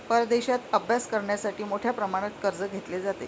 परदेशात अभ्यास करण्यासाठी मोठ्या प्रमाणात कर्ज घेतले जाते